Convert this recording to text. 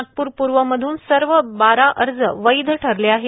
नागपूर पूर्व मध्न सर्व बारा अर्ज वैध ठरले आहेत